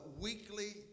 weekly